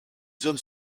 hommes